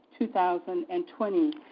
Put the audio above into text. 2020